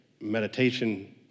meditation